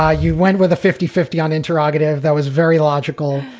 ah you win with a fifty fifty on interrogative. that was very logical.